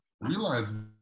realize